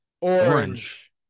Orange